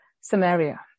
Samaria